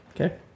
Okay